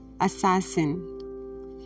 assassin